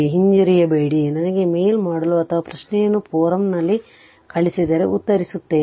ಹಿಂಜರಿಯಬೇಡಿ ನನಗೆ ಮೇಲ್ ಮಾಡಲು ಅಥವಾ ಪ್ರಶ್ನೆಯನ್ನು ಫೋರಂನಲ್ಲಿ ಕಳಿಸಿದರೆ ಉತ್ತರಿಸುತ್ತೇನೆ